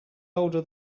older